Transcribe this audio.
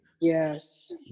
yes